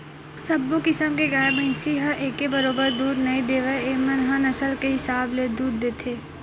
सब्बो किसम के गाय, भइसी ह एके बरोबर दूद नइ देवय एमन ह नसल के हिसाब ले दूद देथे